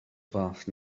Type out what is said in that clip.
fath